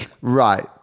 Right